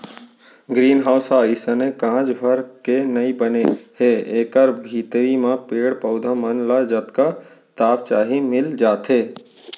green house ह अइसने कांच भर के नइ बने हे एकर भीतरी म पेड़ पउधा मन ल जतका ताप चाही मिल जाथे